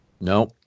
No